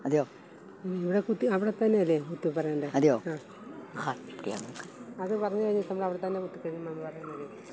അതെയോ അതെയോ